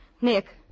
Nick